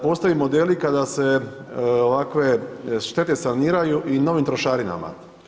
Postoje modeli kada se ovakve štete saniraju i novim trošarinama.